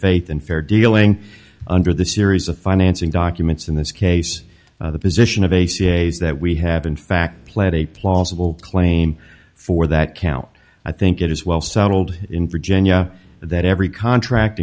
faith and fair dealing under the series of financing documents in this case the position of a ca's that we have in fact played a plausible claim for that cow i think it is well settled in virginia that every contract